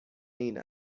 این